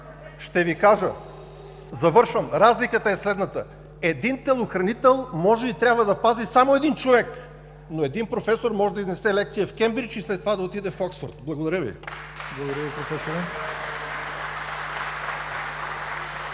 е изтекло.) Завършвам. Разликата е следната: един телохранител може и трябва да пази само един човек, но един професор може да изнесе лекция в Кеймбридж и след това да отиде в Оксфорд. Благодаря Ви. (Ръкопляскания от